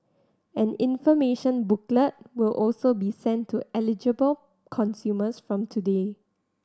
an information booklet will also be sent to eligible consumers from today